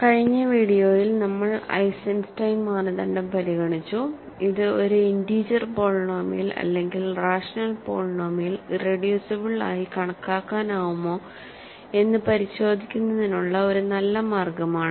കഴിഞ്ഞ വീഡിയോയിൽ നമ്മൾ ഐസൻസ്റ്റൈൻ മാനദണ്ഡം പരിഗണിച്ചു ഇത് ഒരു ഇൻറിജർ പോളിനോമിയൽ അല്ലെങ്കിൽ റാഷണൽ പോളിനോമിയൽ ഇറെഡ്യൂസിബിൾ ആയി കണക്കാക്കാനാവുമോ എന്ന് പരിശോധിക്കുന്നതിനുള്ള ഒരു നല്ല മാർഗമാണ്